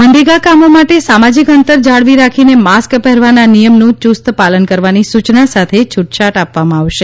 મનરેગા કામો માટે સામાજિક અંતર જાળવી રાખીને માસ્ક પહેરવાના નિયમનું યુસ્તપાલન કરવાની સૂચના સાથે છૂટછાટ આપવામાં આવશે